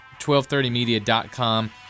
1230media.com